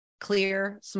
clear